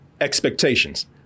expectations